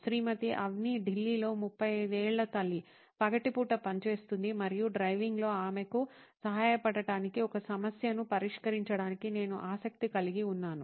శ్రీమతి అన్వి ఢిల్లీ లో 35 ఏళ్ల తల్లి పగటిపూట పనిచేస్తుంది మరియు డ్రైవింగ్లో ఆమెకు సహాయపడటానికి ఒక సమస్యను పరిష్కరించడానికి నేను ఆసక్తి కలిగి ఉన్నాను